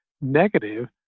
negative